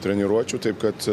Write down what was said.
treniruočių taip kad